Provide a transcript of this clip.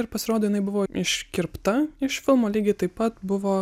ir pasirodo jinai buvo iškirpta iš filmo lygiai taip pat buvo